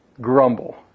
Grumble